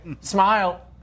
Smile